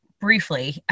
briefly